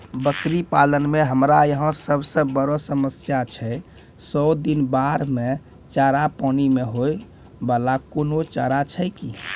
बकरी पालन मे हमरा यहाँ सब से बड़ो समस्या छै सौ दिन बाढ़ मे चारा, पानी मे होय वाला कोनो चारा छै कि?